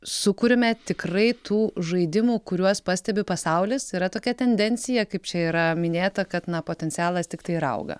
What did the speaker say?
sukuriame tikrai tų žaidimų kuriuos pastebi pasaulis yra tokia tendencija kaip čia yra minėta kad na potencialas tiktai ir auga